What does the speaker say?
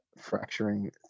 fracturing